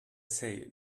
say